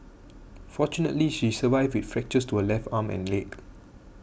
fortunately she survived with fractures to her left arm and leg